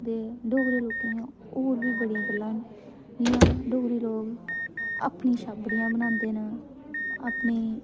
ते डोगरे लोकें दियां होर बी बड़ियां गल्लां न जि'यां डोगरी लोग अपनी छाबड़ियां बनांदे न अपनी